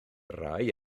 rhai